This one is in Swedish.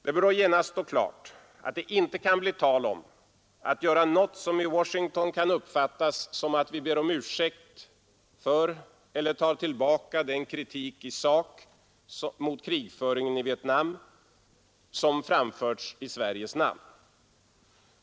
Det bör då genast stå klart att det inte kan bli tal om att göra något som i Washington kan uppfattas som att vi ber om ursäkt för eller tar tillbaka den kritik i sak mot krigföringen i Vietnam som framförts i Sveriges namn.